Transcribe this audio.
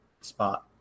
spot